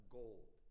gold